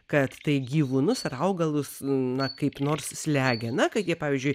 kad tai gyvūnus ar augalus na kaip nors slegia na kai jie pavyzdžiui